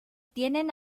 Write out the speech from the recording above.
tienen